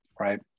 right